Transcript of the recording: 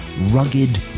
rugged